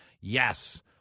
Yes